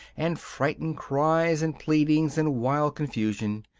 and frightened cries and pleadings, and wild confusion.